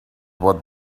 what